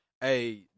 hey